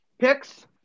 picks